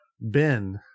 Ben